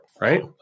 right